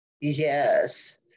Yes